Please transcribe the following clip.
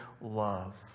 love